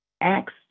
Acts